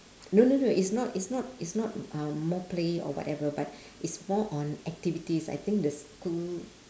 no no no it's not it's not it's not um more play or whatever but it's more on activities I think the school